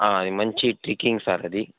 మంచి tricking sir అది